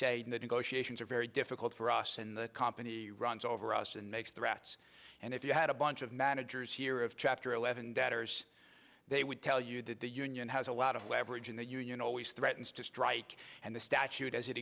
say negotiations are very difficult for us in the company runs over us and makes threats and if you had a bunch of managers here of chapter eleven debtors they would tell you that the union has a lot of leverage in the union always threatens to strike and the statute as it